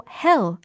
hell